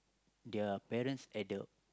their parents at the